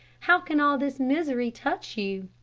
how can all this misery touch you?